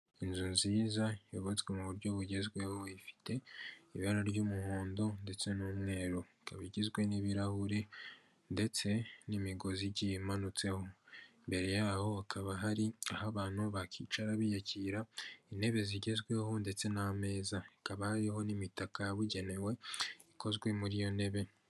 Inzu nziza yubatswe mu buryo bugezweho, ifite ibara ry'umuhondo ndetse n'umweru, ikaba igizwe n'ibirahuri ndetse n'imigozi igiye imanutseho, imbere yaho hakaba hari aho abantu bakicara biyakira, intebe zigezweho ndetse n'ameza, hakaba hariho n'imitaka yabugenewe ikozwe muri iyo ntebe.